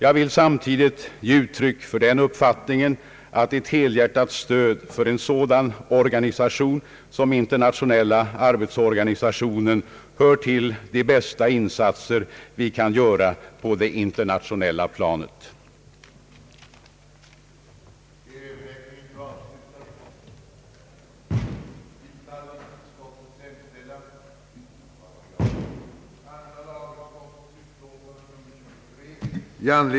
Jag vill samtidigt ge uttryck för den uppfattningen att ett helhjärtat stöd för en sådan organisation som Internationella arbetsorganisationen hör till de bästa insatser vi kan göra på det internationella planet.